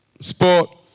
Sport